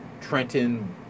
Trenton